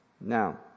Now